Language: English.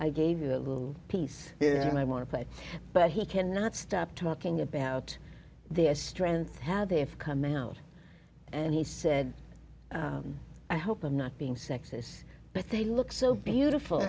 i gave you a little piece here and i want to play but he cannot stop talking about their strengths how they have come out and he said i hope i'm not being sexist but they look so beautiful